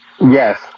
Yes